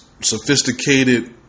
sophisticated